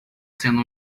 sendo